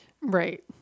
Right